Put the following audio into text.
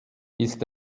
ist